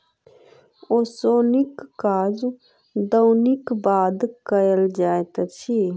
ओसौनीक काज दौनीक बाद कयल जाइत अछि